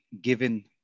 given